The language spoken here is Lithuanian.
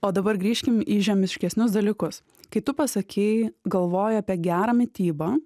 o dabar grįžkim į žemiškesnius dalykus kai tu pasakei galvoju apie gerą mitybą